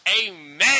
Amen